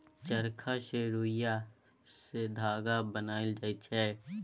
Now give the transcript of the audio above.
चरखा सँ रुइया सँ धागा बनाएल जाइ छै